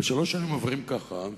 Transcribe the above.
ושלוש שנים עוברות ככה,